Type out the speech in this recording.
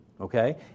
okay